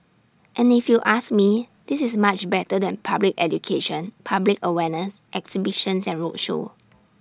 and if you ask me this is much better than public education public awareness exhibitions and roadshow